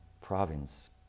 province